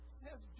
says